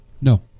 No